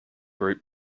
group